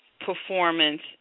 performance